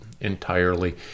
entirely